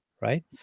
right